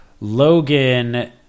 Logan